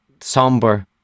somber